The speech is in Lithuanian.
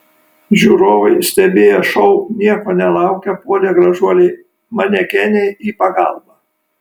žiūrovai stebėję šou nieko nelaukę puolė gražuolei manekenei į pagalbą